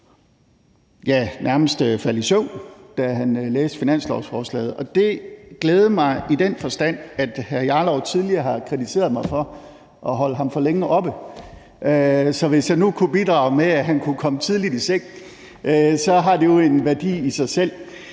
til nærmest at falde i søvn, da han læste finanslovsforslaget, og det glædede mig i den forstand, at hr. Rasmus Jarlov tidligere har kritiseret mig for at holde ham for længe oppe. Så hvis jeg nu kunne bidrage med, at han kunne komme tidligt i seng, har det jo en værdi i sig selv.